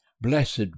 Blessed